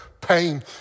pain